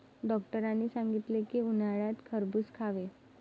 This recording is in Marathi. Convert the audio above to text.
डॉक्टरांनी सांगितले की, उन्हाळ्यात खरबूज खावे